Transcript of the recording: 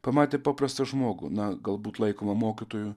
pamatė paprastą žmogų na galbūt laikomą mokytoju